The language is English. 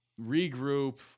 regroup